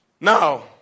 Now